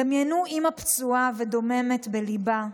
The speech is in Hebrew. דמיינו אימא פצועה ודוממת בליבה,